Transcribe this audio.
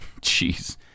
Jeez